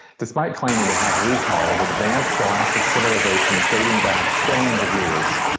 despite claiming to have recall of advanced galactic civilizations dating back trillions of years,